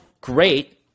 great